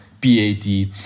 BAD